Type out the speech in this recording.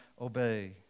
obey